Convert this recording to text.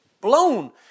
blown